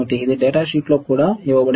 ఇది డేటాషీట్లో కూడా ఇవ్వబడింది